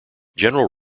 general